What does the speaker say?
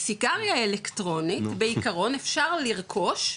סיגריה אלקטרונית, בעיקרון אפשר לרכוש,